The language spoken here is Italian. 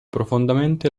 profondamente